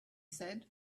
said